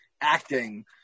acting